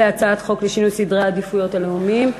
והצעת חוק לשינוי סדרי עדיפויות לאומיים.